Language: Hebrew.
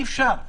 אי-אפשר.